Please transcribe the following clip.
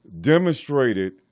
demonstrated